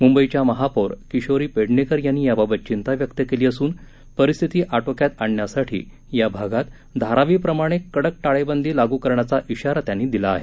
मुंबईच्या महापौर किशोरी पेडणेकर यांनी याबाबत चिंता व्यक्त केली असून परिस्थिती आटोक्यात आणण्यासाठी या भागात धारावीप्रमाणे कडक टाळेबंदी लागू करण्याचा िशारा त्यांनी दिला आहे